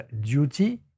duty